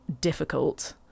difficult